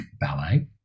ballet